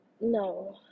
no